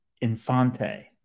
Infante